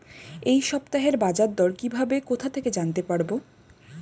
এই সপ্তাহের বাজারদর কিভাবে কোথা থেকে জানতে পারবো?